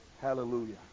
Hallelujah